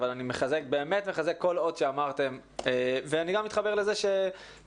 אבל אני באמת מחזק כל אות שאמרתם ואני גם מתחבר לזה שזה